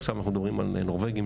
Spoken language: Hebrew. שם מדברים על נורבגים,